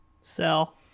Sell